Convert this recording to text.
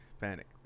panic